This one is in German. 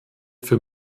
für